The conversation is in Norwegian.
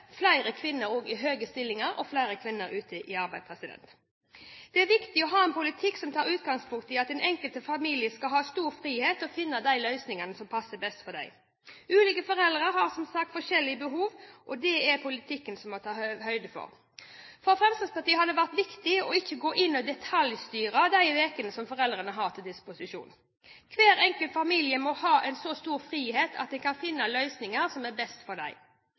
flere kvinner i høye stillinger og flere kvinner ute i arbeid. Det er viktig å ha en politikk som tar utgangspunkt i at den enkelte familie skal ha stor frihet og finne de løsningene som passer best for dem. Ulike foreldre har som sagt forskjellige behov, og det må politikken må ta høyde for. For Fremskrittspartiet har det vært viktig ikke å gå inn og detaljstyre de ukene som foreldrene har til disposisjon. Hver enkelt familie må ha en så stor frihet at de kan finne de løsningene som er best for dem.